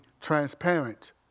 transparent